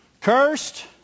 Cursed